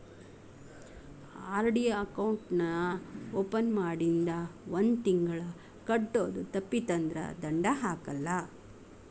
RD account ನಾ open ಮಾಡಿಂದ ಒಂದ್ ತಿಂಗಳ ಕಟ್ಟೋದು ತಪ್ಪಿತಂದ್ರ ದಂಡಾ ಹಾಕಲ್ಲ